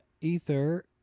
ether